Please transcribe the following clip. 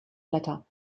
blätter